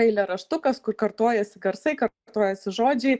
eilėraštukas kur kartojasi garsai kar tojasi žodžiai